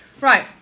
right